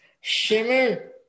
Shimmer